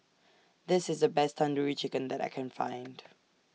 This IS The Best Tandoori Chicken that I Can Find